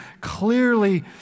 clearly